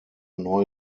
neu